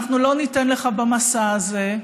אנחנו לא ניתן לך, במסע הזה,